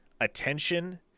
attention